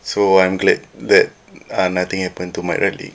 so I'm glad that uh nothing happened to my right leg